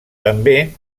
també